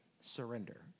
Surrender